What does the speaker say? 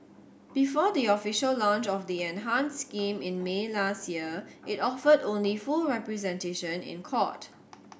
before the official launch of the enhanced scheme in May last year it offered only full representation in court